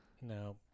No